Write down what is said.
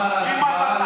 לאחר ההצבעה,